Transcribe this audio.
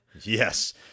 Yes